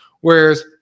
Whereas